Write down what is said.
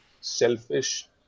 selfish